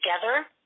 together